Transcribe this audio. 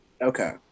Okay